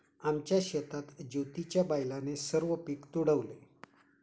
आमच्या शेतात ज्योतीच्या बैलाने सर्व पीक तुडवले